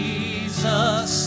Jesus